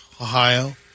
Ohio